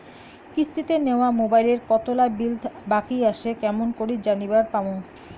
কিস্তিতে নেওয়া মোবাইলের কতোলা বিল বাকি আসে কেমন করি জানিবার পামু?